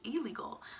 illegal